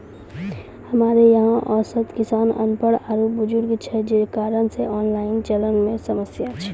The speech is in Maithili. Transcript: हमरा यहाँ औसत किसान अनपढ़ आरु बुजुर्ग छै जे कारण से ऑनलाइन चलन मे समस्या छै?